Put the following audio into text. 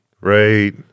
Right